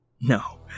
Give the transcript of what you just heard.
No